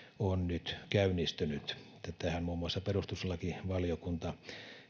on nyt käynnistynyt tätähän muun muassa perustuslakivaliokunta